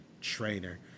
trainer